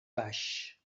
baix